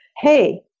Hey